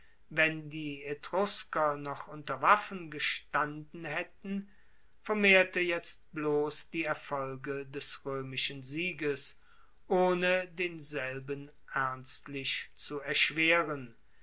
wenn die etrusker noch unter waffen gestanden haetten vermehrte jetzt bloss die erfolge des roemischen sieges ohne denselben ernstlich zu erschweren